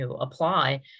apply